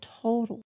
total